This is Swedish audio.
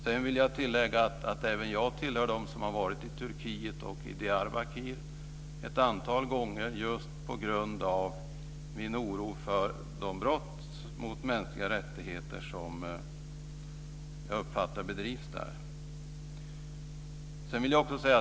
Sedan vill jag tillägga att även jag har varit i Turkiet och Diyarbakir ett antal gånger just på grund av min oro för de brott mot mänskliga rättigheter som jag uppfattar begås där.